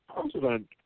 president